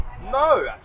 No